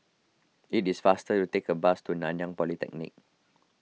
it is faster to take a bus to Nanyang Polytechnic